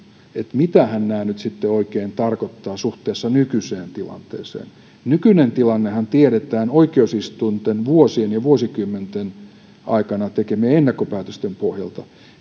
mitähän nämä nyt sitten oikein tarkoittavat suhteessa nykyiseen tilanteeseen nykyinen tilannehan tiedetään oikeusistuinten vuosien ja vuosikymmenten aikana tekemien ennakkopäätösten pohjalta